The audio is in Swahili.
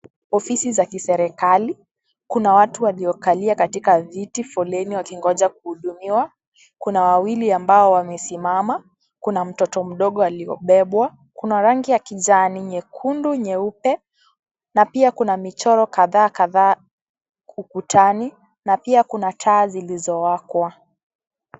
Ofisi za kiserikali, kuna watu waliokalia katika viti foleni wakingoja kuhudumiwa, kuna wawili ambao wamesimama, kuna mtoto mdogo aliyebebwa kuna rangi ya kijani, nyekundu, nyeupe na pia kuna michoro kadhaa kadhaa ukutani na pia kuna taa zilizowakwa.